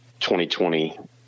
2020